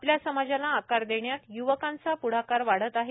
आपल्या समाजाला आकार देण्यात य्वकांचा प्ढाकार वाढत आहे